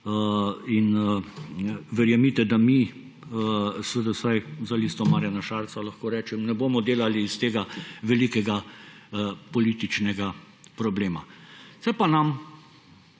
in verjemite, da mi, vsaj za Listo Marjana Šarca lahko rečem, ne bomo delali iz tega velikega političnega problema, se pa nam